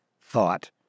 thought